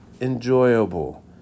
enjoyable